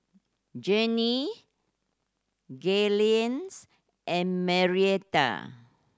Jannie Gaylene's and Marietta